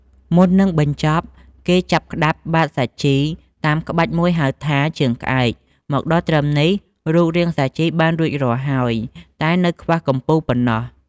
មុននឹងបញ្ចប់ គេចាប់ក្ដាប់បាតសាជី តាមក្បាច់មួយហៅថា ជើងក្អែប មកដល់ត្រឹមនេះ រូបរាងសាជីបានរួចរាល់ហើយ តែនៅខ្វះកំពូលប៉ុណ្ណោះ។